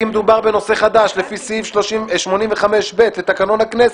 מדובר בנושא חדש לפי סעיף 85(ב) לתקנון הכנסת.